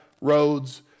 roads